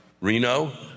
Reno